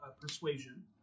persuasion